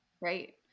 Right